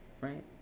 right